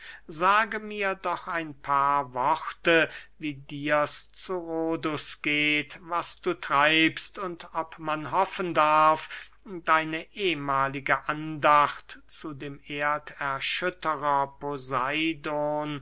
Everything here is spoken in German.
sage mir doch ein paar worte wie dirs zu rhodus geht was du treibst und ob man hoffen darf deine ehmahlige andacht zu dem erderschütterer poseidon